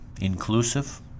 inclusive